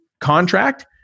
contract